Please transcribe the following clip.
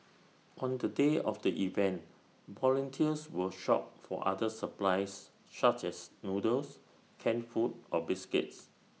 on the day of the event volunteers will shop for other supplies such as noodles canned food or biscuits